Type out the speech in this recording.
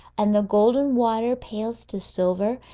and the golden water pales to silver,